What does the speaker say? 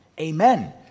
amen